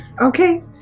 Okay